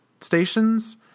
stations